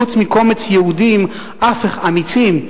חוץ מקומץ יהודים אמיצים,